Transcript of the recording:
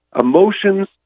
emotions